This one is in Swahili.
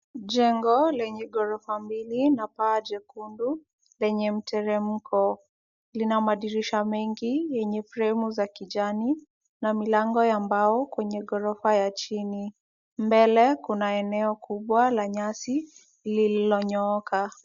Jengo lenye ghorofa mbili na paa jekundu, lenye mteremko. Lina madirisha mengi yenye fremu za kijani na milango ya mbao kwenye ghorofa ya chini. Mbele kuna eneo kubwa la nyasi lililonyooka.